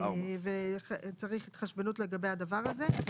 הלאה, 4. וצריך התחשבנות לגבי הדבר הזה.